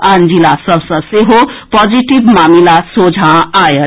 आन जिला सभ सँ सेहो पॉजिटिव मामिला सोझा आएल